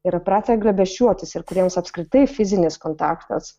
yra pratę glėbesčiuotis ir kuriems apskritai fizinis kontaktas